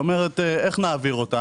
היא אומרת איך נעביר אותם?